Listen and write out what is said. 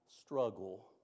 struggle